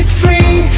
free